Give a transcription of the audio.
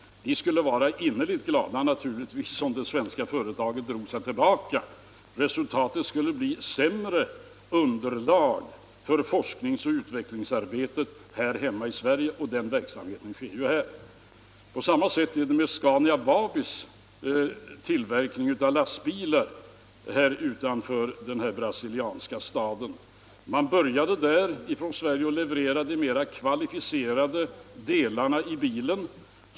De skulle naturligtvis bli innerligt glada, om det svenska företaget droge sig tillbaka, men resultatet skull då bli sämre underlag för forskningsoch utvecklingsarbetet hemma i Sverige, eftersom den verksamheten sker här. På samma sätt är det med Scania-Vabis tillverkning av lastbilar utanför denna brasilianska stad. Man började där med att från Sverige leverera de mera kvalificerade delarna till bilen.